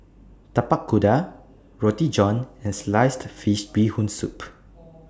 Tapak Kuda Roti John and Sliced Fish Bee Hoon Soup